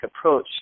approach